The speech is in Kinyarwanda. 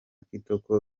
kitoko